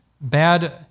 bad